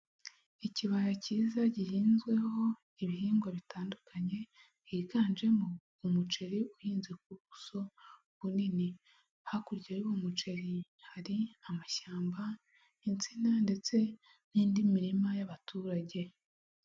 Ikibaya cyiza gihinzweho ibihingwa bitandukanye higanjemo umuceri uhinze ku buso bunini. Hakurya y'uwo muceri hari amashyamba, insina ndetse n'indi mirima y'abaturage.